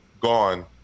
gone